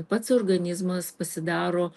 pats organizmas pasidaro